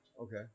Okay